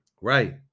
right